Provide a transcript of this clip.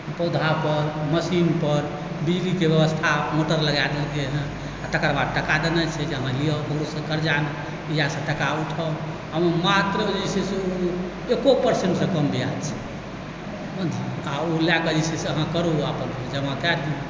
पौधापर मशीनपर बिजलीके व्यवस्था मोटर लगाए देलकै हँ तकर बाद टाका देने छै जे ककरोसँ कर्जा व्याजपर टाका उठाउ हम मात्र जे छै से एको परसेन्टसँ कम ब्याज छै आओर ओ लए कऽ जे छै से अहाँ करू आ फेर जमा कए दियौक